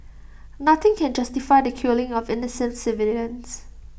nothing can justify the killing of innocent civilians